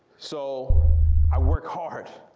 so i work hard,